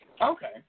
Okay